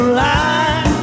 line